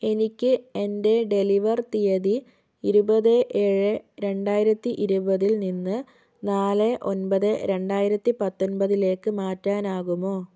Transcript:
എനിക്ക് എന്റെ ഡെലിവർ തീയതി ഇരുപത് ഏഴ് രണ്ടായിരത്തി ഇരുപതിൽ നിന്ന് നാല് ഒൻപത് രണ്ടായിരത്തി പത്തൊൻപതിലേക്ക് മാറ്റാനാകുമോ